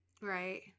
Right